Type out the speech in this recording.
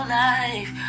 life